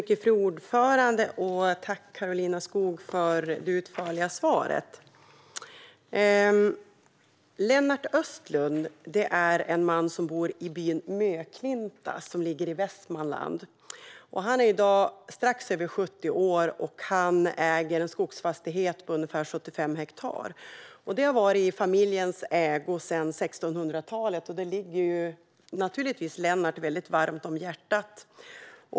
Fru talman! Tack, Karolina Skog, för det utförliga svaret! Lennart Östlund är en man som bor i byn Möklinta som ligger i Västmanland. Han är i dag strax över 70 år. Han äger en skogsfastighet på ungefär 75 hektar. Den har varit i familjens ägo sedan 1600-talet och ligger naturligtvis Lennart väldigt varmt om hjärtat.